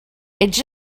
ets